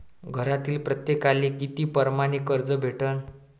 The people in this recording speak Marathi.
घरातील प्रत्येकाले किती परमाने कर्ज भेटन?